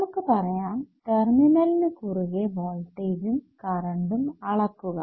നമുക്ക് പറയാം ടെർമിനലിന് കുറുകെ വോൾട്ടെജ്ജും കറണ്ടും അളക്കുക